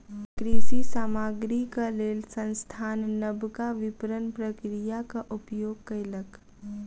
कृषि सामग्रीक लेल संस्थान नबका विपरण प्रक्रियाक उपयोग कयलक